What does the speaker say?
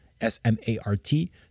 S-M-A-R-T